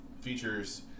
features